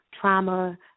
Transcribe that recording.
trauma